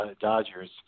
Dodgers